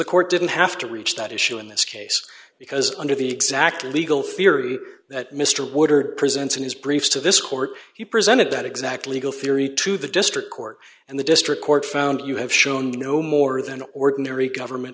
the court didn't have to reach that issue in this case because under the exact legal theory that mr woodard presents in his briefs to this court he presented that exact legal theory to the district court and the district court found you have shown no more than ordinary government